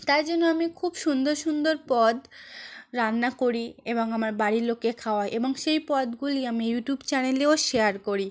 তাই জন্য আমি খুব সুন্দর সুন্দর পদ রান্না করি এবং আমার বাড়ির লোককে খাওয়াই এবং সেই পদগুলি আমি ইউটিউব চ্যানেলেও শেয়ার করি